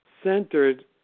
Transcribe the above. centered